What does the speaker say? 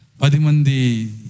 padimandi